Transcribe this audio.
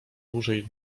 dłużej